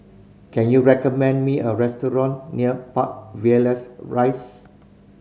can you recommend me a restaurant near Park Villas Rise